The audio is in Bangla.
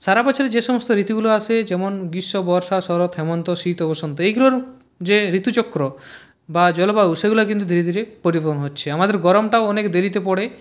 সারা বছরে যে সমস্ত ঋতুগুলো আসে যেমন গ্রীষ্ম বর্ষা শরৎ হেমন্ত শীত ও বসন্ত এইগুলোর যে ঋতুচক্র বা জলবায়ু সেগুলো কিন্তু ধীরে ধীরে পরিবর্তন হচ্ছে আমাদের গরমটাও অনেক দেরিতে পড়ে